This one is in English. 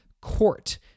court